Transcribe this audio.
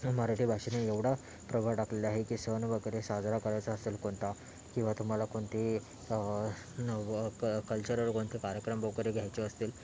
मराठी भाषेने एवढा प्रभाव टाकलेला आहे की सण वगैरे साजरा करायचा असेल कोणता किंवा तुम्हाला कोणती नव क कल्चरल कोणते कार्यक्रम वगैरे घ्यायचे असतील